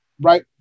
right